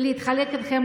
ולחלוק איתכם,